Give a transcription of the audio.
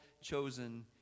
chosen